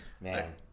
Man